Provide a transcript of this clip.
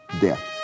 death